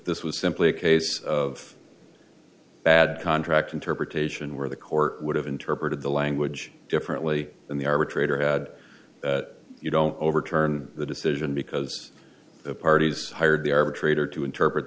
this was simply a case of bad contract interpretation where the court would have interpreted the language differently than the arbitrator had you don't overturn the decision because the parties hired the arbitrator to interpret